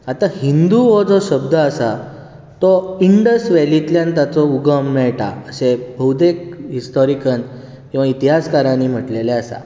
आतां हिंदू हो जो शब्द आसा तो इंडस वॅलिंतल्यान ताचो उगम मेळटा अशें भोवतेक हिस्टोरीयन वा इतिहासकारांनी म्हटलेलें आसा